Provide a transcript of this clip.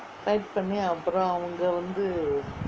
fight பண்ணி அப்ரோ அவுங்கே வந்து:panni apro avungae vanthu